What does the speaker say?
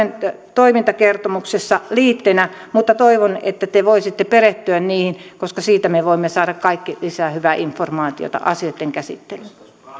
toimintakertomuksessa liitteenä mutta toivon että te voisitte perehtyä niihin koska siitä me voimme saada kaikki lisää hyvää informaatiota asioitten käsittelyyn